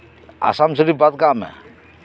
ᱟᱥᱟᱢ ᱥᱟᱹᱲᱤ ᱵᱟᱫ ᱠᱟᱜ ᱢᱮ